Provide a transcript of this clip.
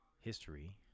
history